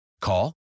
Call